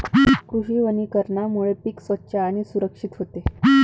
कृषी वनीकरणामुळे पीक स्वच्छ आणि सुरक्षित होते